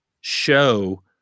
show